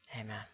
Amen